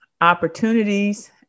opportunities